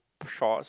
shorts